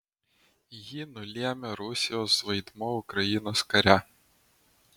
jį nulėmė rusijos vaidmuo ukrainos kare